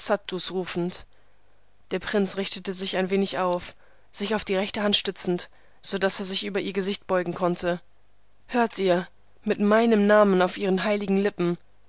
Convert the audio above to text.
rufend der prinz richtete sich ein wenig auf sich auf die rechte hand stützend so daß er sich über ihr gesicht beugen konnte hört ihr mit meinem namen auf ihren heiligen lippen